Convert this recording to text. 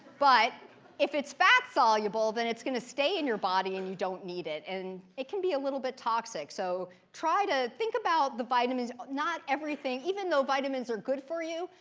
but if it's fat soluble, then it's going to stay in your body, and you don't need it, and it can be a little bit toxic. so try to think about the vitamins. not everything even though vitamins are good for you,